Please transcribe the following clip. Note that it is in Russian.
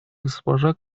госпожа